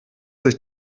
sich